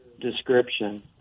description